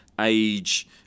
age